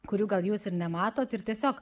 kurių gal jūs ir nematot ir tiesiog